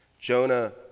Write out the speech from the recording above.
Jonah